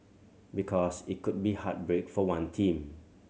because it could be heartbreak for one team